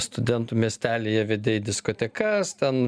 studentų miestelyje vedei diskotekas ten